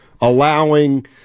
allowing